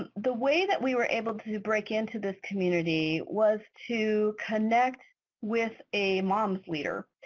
ah the way that we were able to break into this community was to connect with a mom's leader.